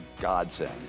godsend